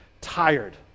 tired